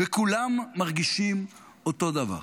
וכולם מרגישים אותו דבר: